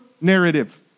narrative